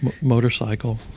motorcycle